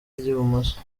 ry’ibumoso